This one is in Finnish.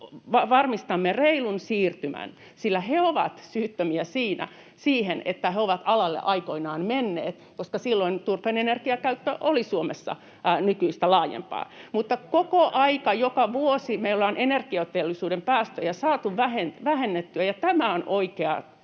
varmistamme reilun siirtymän, sillä he ovat syyttömiä siihen, että he ovat alalle aikoinaan menneet, koska silloin turpeen energiakäyttö oli Suomessa nykyistä laajempaa. Mutta koko aika, joka vuosi, me ollaan energiateollisuuden päästöjä saatu vähennettyä, ja tämä on oikea